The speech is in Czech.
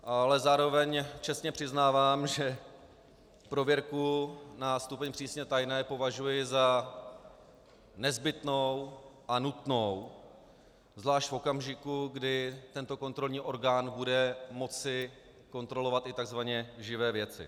Ale zároveň čestně přiznávám, že prověrku na stupeň přísně tajné považuji za nezbytnou a nutnou, zvlášť v okamžiku, kdy tento kontrolní orgán bude moci kontrolovat i takzvaně živé věci.